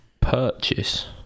purchase